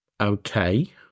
okay